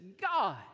God